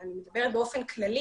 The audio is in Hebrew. אני מדברת באופן כללי